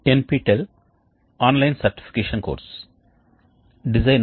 అందరికీ నమస్కారం మేము ఉష్ణ వినిమాయకాల గురించి చర్చిస్తున్నాము